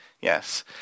Yes